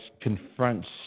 confronts